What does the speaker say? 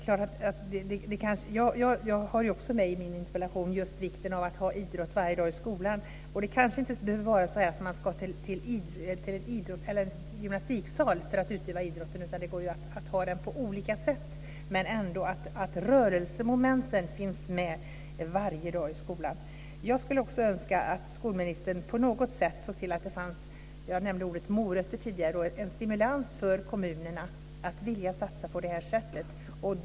Jag har också i min interpellation betonat vikten av att ha idrott varje dag i skolan. Det kanske inte behövs en gymnastiksal för att utöva idrott, utan det går att ha det på olika sätt men ändå så att rörelsemomenten finns med varje dag i skolan. Jag skulle önska att skolministern på något sätt såg till att det fanns en morot, en stimulans, för kommunerna att vilja satsa på detta.